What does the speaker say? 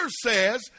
says